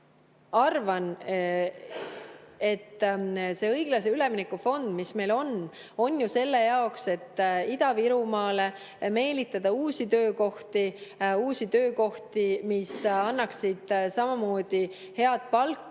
arvan, et see õiglase ülemineku fond, mis meil on, on ju selle jaoks, et Ida-Virumaale [tekitada] uusi töökohti. Uusi töökohti, mis annaksid samamoodi head palka